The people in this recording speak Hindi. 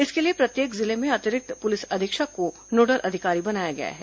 इसके लिए प्रत्येक जिले में अतिरिक्त पुलिस अधीक्षक को नोडल अधिकारी बनाया गया है